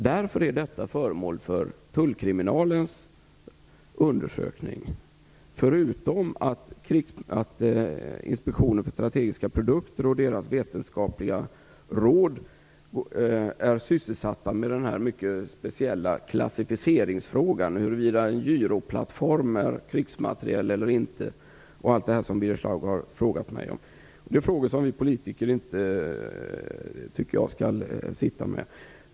Därför är detta föremål för tullkriminalens undersökning, förutom att Inspektionen för strategiska produkter och dess vetenskapliga råd är sysselsatt med den mycket speciella klassificeringsfrågan, huruvida en gyroplattform är krigsmateriel eller inte och allt detta som Birger Schlaug har frågat mig om. Det är frågor som inte vi politiker skall avgöra.